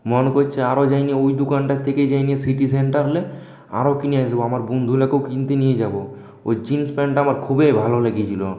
মন করছে আরো যাই ওই দোকানটার থেকে যাই সিটি সেন্টার লে আরও কিনে আসব আমার বন্ধুদেরকেও কিনতে নিয়ে যাব ওই জিন্স প্যান্টটা আমার খুবই ভালো লেগেছিল